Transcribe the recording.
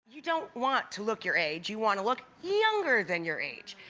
you don't want to look your age, you want to look younger than your age.